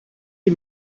die